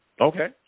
Okay